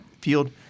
field